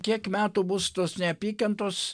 kiek metų bus tos neapykantos